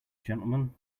gentlemen